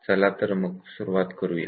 चला मग सुरुवात करूया